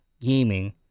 gaming